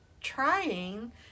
trying